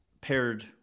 paired